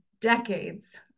decades